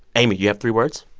amy, you have three words?